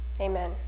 Amen